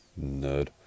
nerd